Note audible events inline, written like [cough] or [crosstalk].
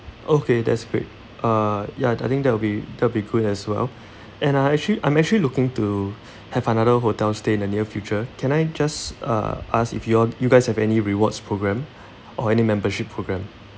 okay that's great uh ya I think that will be that will be good as well [breath] and uh actually I'm actually looking to [breath] have another hotel stay in the near future can I just uh ask if you all you guys have any rewards program [breath] or any membership program